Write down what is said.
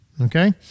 okay